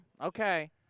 Okay